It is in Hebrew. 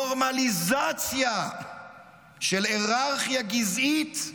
נורמליזציה של היררכיה גזעית,